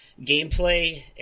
gameplay